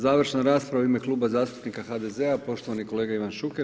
Završna rasprava u ime Kluba zastupnika HDZ-a poštovani kolega Ivan Šuker.